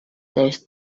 this